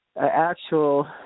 actual